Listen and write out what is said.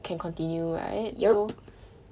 can continue right so